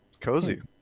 Cozy